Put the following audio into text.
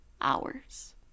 Hours